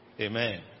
Amen